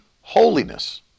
holiness